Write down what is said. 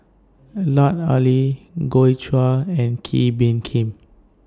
Lut Ali Joi Chua and Kee Bee Khim